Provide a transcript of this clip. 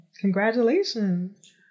congratulations